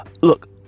look